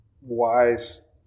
wise